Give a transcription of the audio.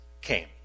came